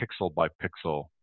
pixel-by-pixel